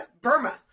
Burma